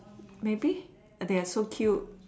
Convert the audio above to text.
maybe but they are so cute